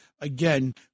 again